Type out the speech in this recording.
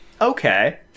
okay